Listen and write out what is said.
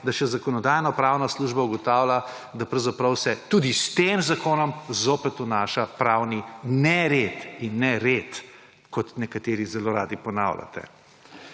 da še Zakonodajno-prana služba ugotavlja, da pravzaprav se tudi s tem zakonom zopet vnaša pravni nered in nered, kot nekateri zelo radi ponavljate.